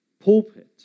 pulpit